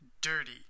Dirty